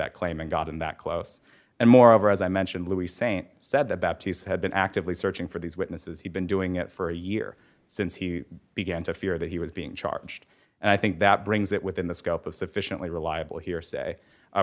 that claim and gotten that close and moreover as i mentioned louis st said the baptists had been actively searching for these witnesses he'd been doing it for a year since he began to fear that he was being charged and i think that brings it within the scope of sufficiently reliable hearsay